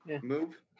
Move